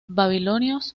babilonios